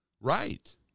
Right